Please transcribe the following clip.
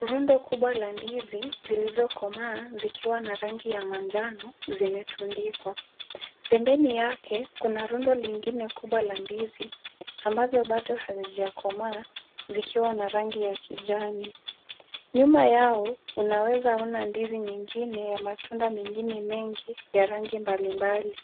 Rundo kubwa la ndizi zilizokomaa zikiwa na rangi ya manjano , zimetundikwa. Pembeni yake kuna rundo lingine kubwa la ndizi ambazo hazijakomaa zikiwa na rangi ya kijani. Nyuma yao unaweza ona ndizi nyingine ya matunda mengine ya rangi mbalimbali